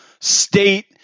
state